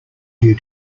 due